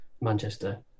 Manchester